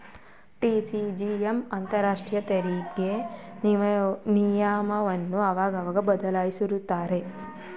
TCJA ಅಂತರಾಷ್ಟ್ರೀಯ ತೆರಿಗೆ ನಿಯಮವನ್ನು ಆಗಾಗ ಬದಲಿಸುತ್ತಿರುತ್ತದೆ